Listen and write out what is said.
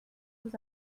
sous